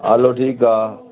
हलो ठीकु आहे